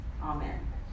Amen